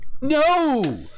No